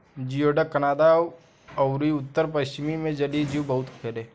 जियोडक Canada अउरी उत्तर पश्चिम मे जलीय जीव बहुत होखेले